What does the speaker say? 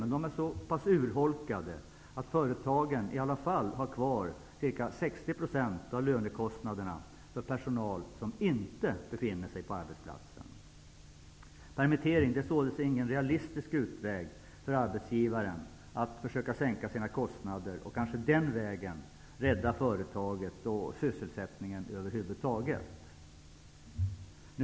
Men de är så pass urholkade att företagen i alla fall har kvar ca 60 % Permittering är således ingen realistisk utväg för arbetsgivaren för att försöka sänka sina kostnader och kanske den vägen rädda företaget och sysselsättningen över huvud taget.